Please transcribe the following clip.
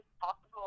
possible